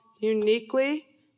uniquely